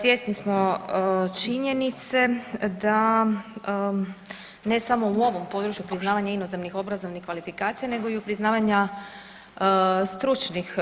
Svjesni smo činjenice da ne samo u ovom području priznavanja inozemnih obrazovnih kvalifikacija nego i u priznavanja stručnih